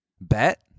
bet